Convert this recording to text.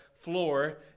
floor